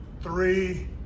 three